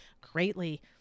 greatly